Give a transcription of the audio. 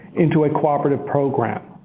into a cooperative program.